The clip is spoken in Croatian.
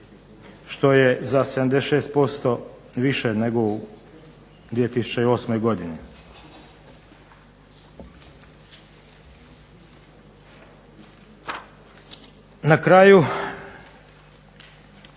što je za 76% više nego u 2008. godini. Na kraju